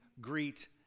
greet